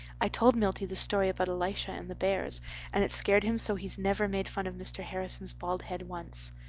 i told milty the story about elisha and the bears and it scared him so he's never made fun of mr. harrison's bald head once.